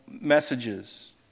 Messages